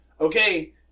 okay